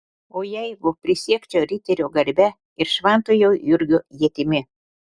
o jeigu prisiekčiau riterio garbe ir šventojo jurgio ietimi